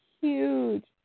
huge